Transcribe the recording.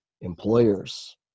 Employers